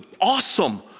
awesome